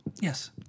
Yes